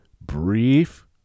brief